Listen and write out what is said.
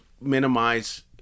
minimize